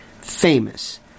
famous